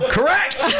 Correct